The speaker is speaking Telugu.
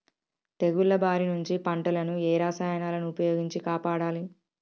తెగుళ్ల బారి నుంచి పంటలను ఏ రసాయనాలను ఉపయోగించి కాపాడాలి?